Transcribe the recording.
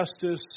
justice